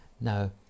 No